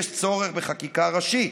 יש צורך בחקיקה ראשית,